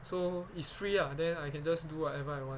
so it's free ah then I can just do whatever I want